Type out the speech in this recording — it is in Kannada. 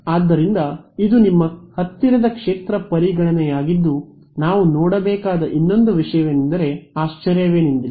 ಆದ್ದರಿಂದ ಇದು ನಿಮ್ಮ ಹತ್ತಿರದ ಕ್ಷೇತ್ರ ಪರಿಗಣನೆಯಾಗಿದ್ದು ನಾವು ನೋಡಬೇಕಾದ ಇನ್ನೊಂದು ವಿಷಯವೆಂದರೆ ಆಶ್ಚರ್ಯವೇನಿಲ್ಲ